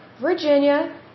Virginia